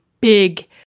big